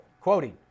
Quoting